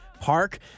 Park